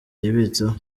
yibitseho